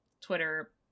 twitter